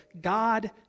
God